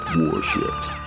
warships